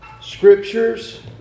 scriptures